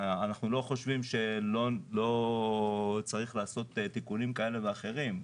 אנחנו לא חושבים שלא צריך לעשות תיקונים כאלה ואחרים,